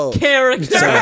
character